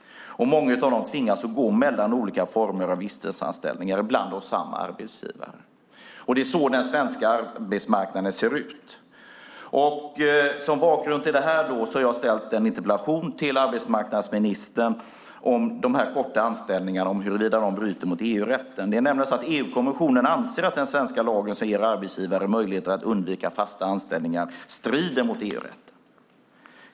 Många av dem tvingas gå mellan många olika former av visstidsanställningar, ibland hos samma arbetsgivare. Det är så den svenska arbetsmarknaden ser ut. Mot denna bakgrund har jag ställt en interpellation till arbetsmarknadsministern om huruvida de korta anställningarna bryter mot EU-rätten. EU-kommissionen anser nämligen att den svenska lagen som ger arbetsgivare möjligheter att undvika fasta anställningar strider mot EU-rätten.